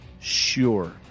sure